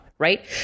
right